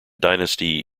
dynasty